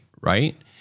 right